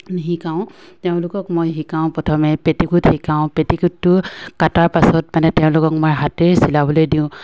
নিশিকাওঁ তেওঁলোকক মই শিকাওঁ প্ৰথমে পেটিকোট শিকাওঁ পেটিকোটটো কাটাৰ পাছত মানে তেওঁলোকক মই হাতেৰে চিলাবলৈ দিওঁ